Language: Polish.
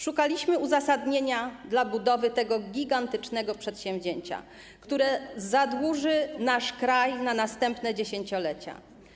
Szukaliśmy uzasadnienia budowy tego gigantycznego przedsięwzięcia, które zadłuży nasz kraj na następne dziesięciolecia.